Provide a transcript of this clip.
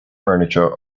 furniture